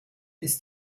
ist